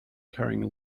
carrying